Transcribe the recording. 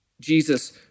Jesus